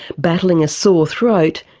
battling a sore throat,